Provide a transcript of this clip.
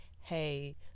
hey